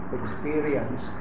experience